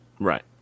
Right